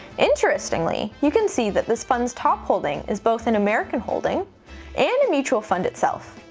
interestingly, you can see that this fund's top holding is both an american holding and a mutual fund itself.